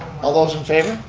all those in favor?